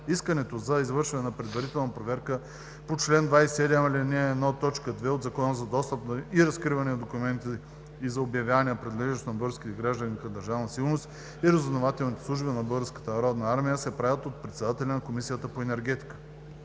Искането за извършване на предварителна проверка по чл. 27, ал. 1, т. 2 от Закона за достъп и разкриване на документите и за обявяване на принадлежност на български граждани към Държавна сигурност и разузнавателните служби на Българската народна армия се прави от председателя на Комисията по енергетика.